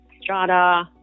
strata